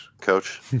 coach